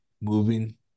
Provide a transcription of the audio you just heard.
moving